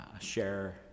share